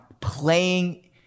playing